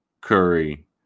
Curry